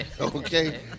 Okay